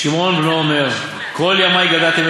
"שמעון בנו אומר: כל ימי גדלתי בין